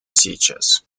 сейчас